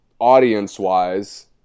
audience-wise